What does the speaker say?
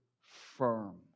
firm